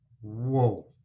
Whoa